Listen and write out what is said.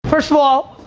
first of all,